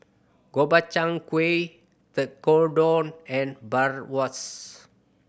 Gobchang Gui Tekkadon and Bratwurst